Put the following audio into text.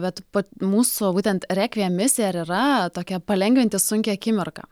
bet pat mūsų va būtent rekviem misija yra tokia palengvinti sunkią akimirką